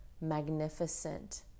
magnificent